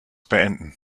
beenden